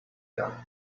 that